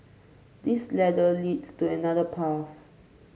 this ladder leads to another path